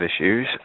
issues